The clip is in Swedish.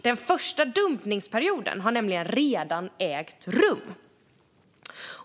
Den första dumpningsperioden har nämligen redan ägt rum.